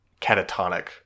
catatonic